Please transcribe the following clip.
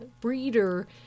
breeder